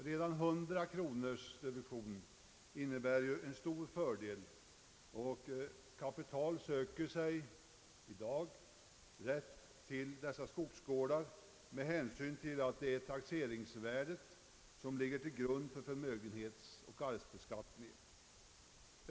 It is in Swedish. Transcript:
Redan 100 kronors reduktion innebär ju en stor fördel. Kapital söker sig i dag till skogsgårdar på grund av att det är taxeringsvärdet som ligger till grund för förmögenhetsoch arvsbeskattningen.